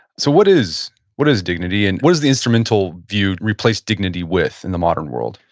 so what is what is dignity, and what does the instrumental view replace dignity with in the modern world?